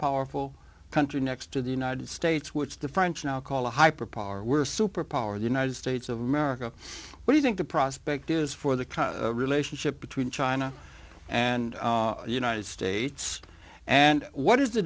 powerful country next to the united states which the french now call a hyper power or superpower the united states of america what you think the prospect is for the relationship between china and the united states and what is the